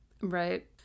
right